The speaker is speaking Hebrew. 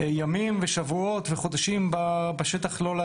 והם גם יהיו עם אימון יותר טוב וציוד יותר טוב.